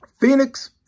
Phoenix